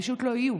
פשוט לא יהיו.